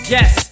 Yes